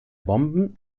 bomben